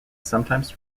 sometimes